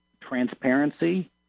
transparency